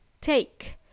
take